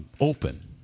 open